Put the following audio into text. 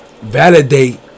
validate